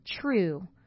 true